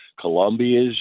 Colombia's –